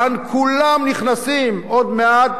כאן כולם נכנסים עוד מעט,